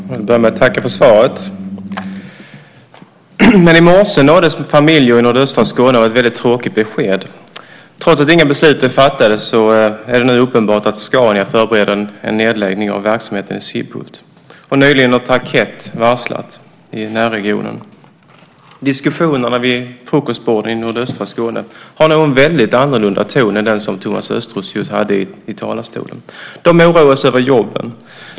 Herr talman! Jag börjar med att tacka för svaret. Men i morse nåddes familjer i nordöstra Skåne av ett väldigt tråkigt besked. Trots att inga beslut är fattade är det nu uppenbart att Scania förbereder en nedläggning av verksamheten i Sibbhult. Nyligen har Tarkett varslat i närregionen. Diskussionerna vid frukostborden i nordöstra Skåne har nog en väldigt annorlunda ton än den som Thomas Östros just hade i talarstolen. De oroar sig över jobben.